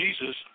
Jesus